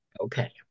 okay